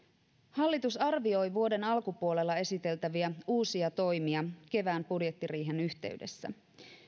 hallitus arvioi vuoden alkupuolella esiteltäviä uusia toimia kevään budjettiriihen yhteydessä